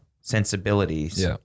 sensibilities